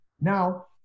Now